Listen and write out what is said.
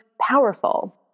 powerful